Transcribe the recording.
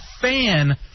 fan